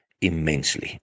immensely